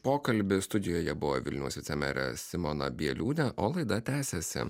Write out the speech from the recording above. pokalbis studijoje buvo vilniaus vicemerė simona bieliūnė o laida tęsiasi